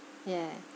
yeah